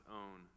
own